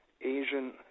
Asian